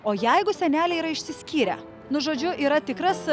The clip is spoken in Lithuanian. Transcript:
o jeigu seneliai yra išsiskyrę nu žodžiu yra tikras